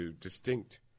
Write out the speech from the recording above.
distinct